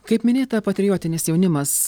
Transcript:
kaip minėta patriotinis jaunimas